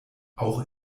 auch